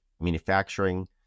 manufacturing